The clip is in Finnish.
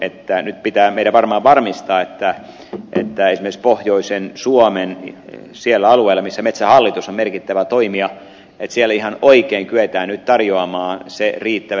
mutta nyt pitää meidän varmaan varmistaa että esimerkiksi pohjoisen suomen sillä alueella missä metsähallitus on merkittävä toimija ihan oikein kyetään nyt tarjoamaan se riittävä energiapuu